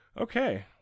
Okay